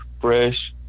fresh